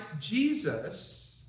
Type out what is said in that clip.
Jesus